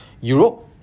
Europe